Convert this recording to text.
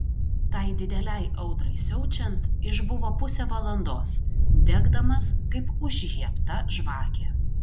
tai didelei audrai siaučiant išbuvo pusę valandos degdamas kaip užžiebta žvakė